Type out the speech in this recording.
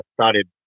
started